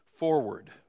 forward